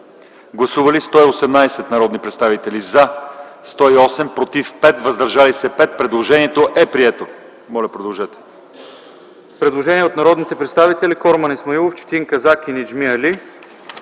Гласували 111 народни представители: за 19, против 89, въздържали се 3. Предложението не е прието. Ще подложа